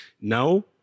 Now